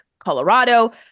Colorado